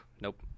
nope